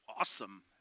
awesome